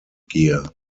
gear